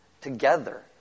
together